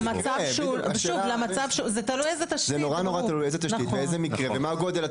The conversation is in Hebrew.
זה נורא תלוי מה התשתית ומה המקרה.